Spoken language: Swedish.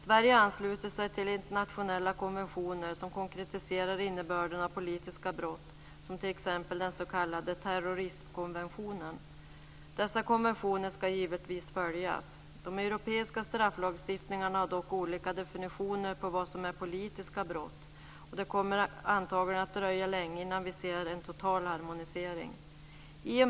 Sverige har anslutit sig till internationella konventioner som konkretiserar innebörden av politiska brott, t.ex. den s.k. terroristkonventionen. Dessa konventioner ska givetvis följas. De europeiska strafflagstiftningarna har dock olika definitioner på vad som är politiska brott, och det kommer antagligen att dröja länge innan vi ser en total harmonisering.